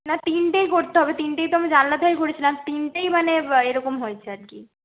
না তিনটেই করতে হবে তিনটেই তো আমি জানালার ধারে করেছিলাম তিনটেই মানে এরকম হয়েছে আর কি